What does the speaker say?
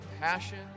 passion